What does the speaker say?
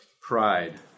pride